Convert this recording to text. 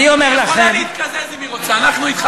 במהלך הדיון סירבה הוועדה לאשר שני תיקונים שביקשה הממשלה.